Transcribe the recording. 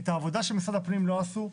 את העבודה שמשרד הפנים לא עשו,